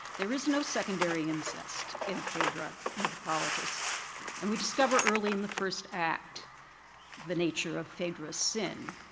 there is no secondary incest in phaedra and hippolytus and we discover early in the first act the nature of phaedra's sin.